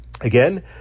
Again